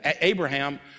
Abraham